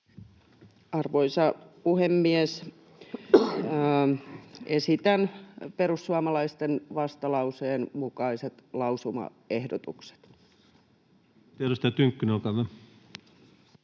Arvoisa puhemies! Teen perussuomalaisten vastalauseen mukaisen lausumaehdotuksen perusteluineen. [Speech